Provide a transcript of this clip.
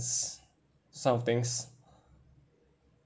sort of things